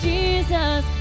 Jesus